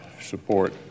support